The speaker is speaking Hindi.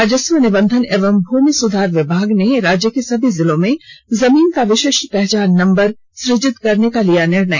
राजस्व निबंधन एवं भूमि सुधार विभाग ने राज्य के सभी जिलों में जमीन का विशिष्ट पहचान नंबर सृजित करने का लिया निर्णय